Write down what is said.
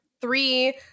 three